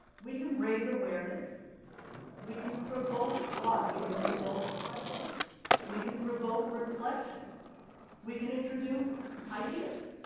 we can raise awareness we can provoke thought we can provoke questions we can provoke reflection we can introduce ideas